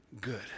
Good